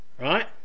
Right